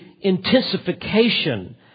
intensification